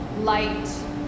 light